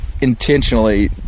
intentionally